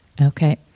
Okay